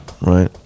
Right